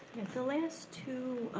the last two,